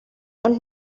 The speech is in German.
und